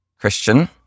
Christian